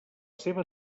seva